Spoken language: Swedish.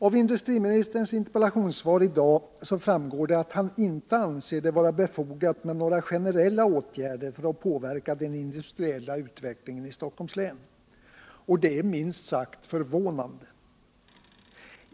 Av industriministerns interpellationssvar framgår att han inte anser det vara befogat med några generella åtgärder för att påverka den industriella utvecklingen i Stockholms län. Det är minst sagt förvånande.